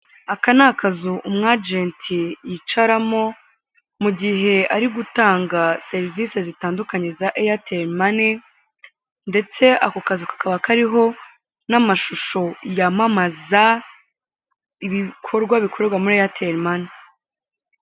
Aka ni akazu umu ajenti yicaramo mu gihe ari gutanga serivise zitandukanye za eyateri mane ndetse ako kazu kakaba kariho n'amashusho yamamaza ibikorwa bikorerwa muri eyateri mane.